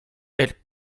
elle